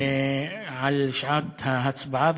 על שעת ההצבעה,